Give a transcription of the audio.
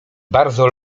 bardzo